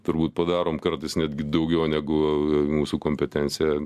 turbūt padarom kartais netgi daugiau negu mūsų kompetencija